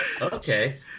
Okay